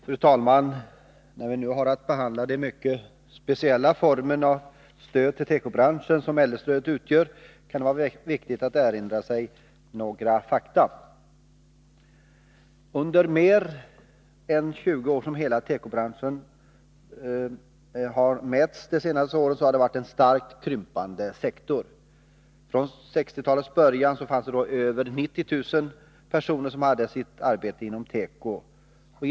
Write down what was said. Fru talman! När vi nu har att behandla den mycket speciella form av stöd till tekobranschen som äldrestödet utgör kan det vara viktigt att erinra sig några fakta. Under de mer än 20 år som hela tekobranschen har omstrukturerats, har den varit en starkt krympande sektor. I 1960-talets början fanns det över 90 000 personer som hade sitt arbete inom tekoindustrin.